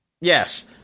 Yes